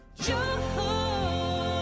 joy